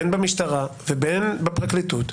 בין במשטרה ובין בפרקליטות,